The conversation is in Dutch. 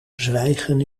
zwijgen